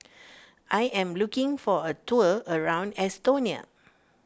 I am looking for a tour around Estonia